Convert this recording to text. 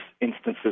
instances